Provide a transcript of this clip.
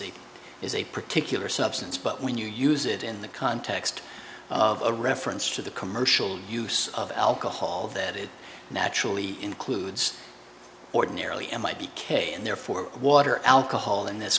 a is a particular substance but when you use it in the context of a reference to the commercial use of alcohol that it naturally includes ordinarily in my b k and therefore water alcohol in this